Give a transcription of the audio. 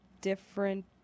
different